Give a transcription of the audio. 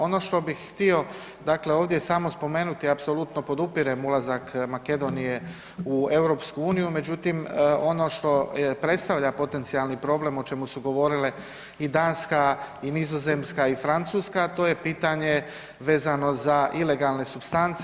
Ono što bih htio dakle ovdje samo spomenuti, apsolutno podupirem ulazak Makedonije u EU, međutim ono što predstavlja potencijalni problem o čemu su govorile i Danska i Nizozemska i Francuska, a to je pitanje vezano za ilegalne supstance.